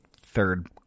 third